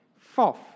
Fourth